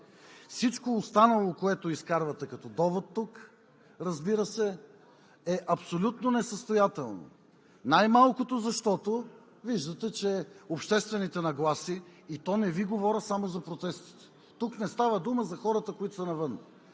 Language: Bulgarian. Всичко останало, което изкарвате тук като довод, разбира се, е абсолютно несъстоятелно, защото виждате обществените нагласи, и то не Ви говоря само за протестите. Тук не става дума за хората, които са навън,